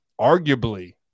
arguably